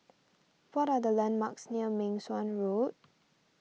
what are the landmarks near Meng Suan Road